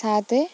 ସାତ